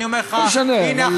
של